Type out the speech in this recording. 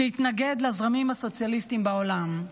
שהתנגד לזרמים הסוציאליסטיים בעולם.